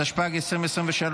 התשפ"ג 2023,